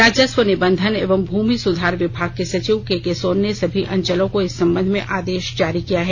राजस्व निबंधन एवं भूमि सुधार विभाग के सचिव के के सोन ने सभी अंचलों को इस संबंध में आदेश जारी किया है